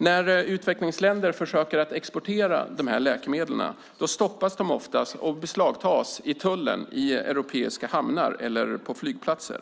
När utvecklingsländer försöker exportera dessa läkemedel beslagtas de ofta i tullen i europeiska hamnar eller på flygplatser.